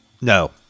No